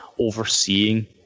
overseeing